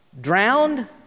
drowned